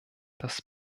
das